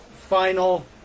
final